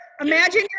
imagine